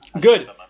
Good